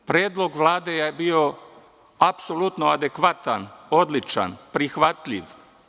Predlog Vlade je bio apsolutno adekvatan, odličan, prihvatljiv.